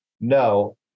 no